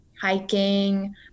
hiking